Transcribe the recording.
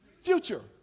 future